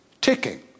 ticking